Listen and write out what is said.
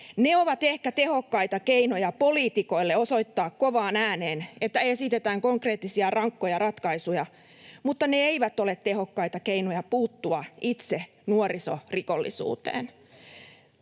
Ne ovat ehkä tehokkaita keinoja poliitikoille osoittaa kovaan ääneen, että esitetään konkreettisia ja rankkoja ratkaisuja, mutta ne eivät ole tehokkaita keinoja puuttua itse nuorisorikollisuuteen.